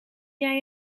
jij